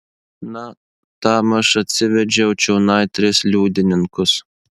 na tam aš atsivedžiau čionai tris liudininkus